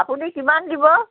আপুনি কিমান দিব